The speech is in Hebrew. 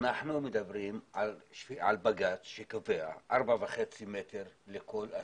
אנחנו מדברים על בג"ץ שקובע 4.5 מ"ר לכל אסיר.